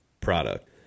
product